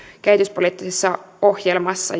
kehityspoliittisessa ohjelmassa